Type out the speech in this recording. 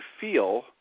feel